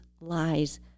lies